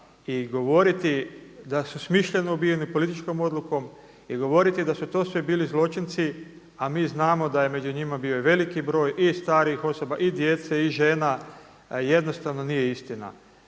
i govoriti da su smišljeno ubijeni političkom odlukom i govoriti da su to sve bili zločinci a mi znamo da je među njima bio i veliki broj i starih osoba i djece i žena, jednostavno nije istina.